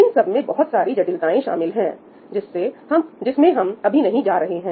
इन सब में बहुत सारी जटिलताएं शामिल है जिसमें हम अभी नहीं जा रहे हैं